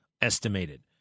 estimated